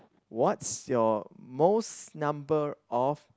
what's your most number of